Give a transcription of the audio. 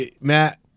Matt